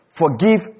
forgive